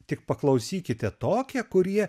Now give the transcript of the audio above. tik paklausykite tokie kurie